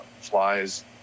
flies